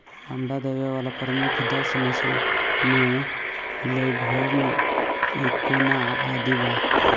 अंडा देवे वाला प्रमुख दस नस्ल में लेघोर्न, एंकोना आदि बा